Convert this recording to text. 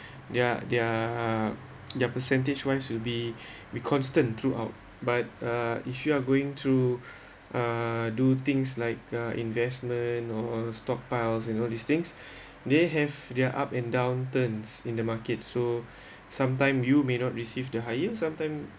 their their their percentage wise will be be constant throughout but uh if you are going to uh do things like uh investment or stockpiles you know these thing they have their up and down turns in the market so sometime you may not receive the highest sometime